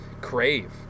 crave